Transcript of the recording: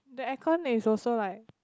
the air con is also like